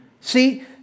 See